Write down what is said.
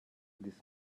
this